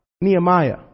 Nehemiah